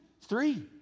three